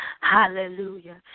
Hallelujah